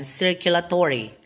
circulatory